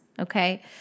Okay